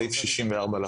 סעיף 64 לחוק.